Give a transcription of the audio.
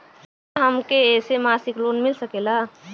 का हमके ऐसे मासिक लोन मिल सकेला?